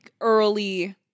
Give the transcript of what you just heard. early